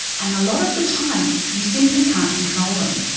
and a lot of the time, you simply can't control them.